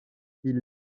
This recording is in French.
ils